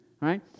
right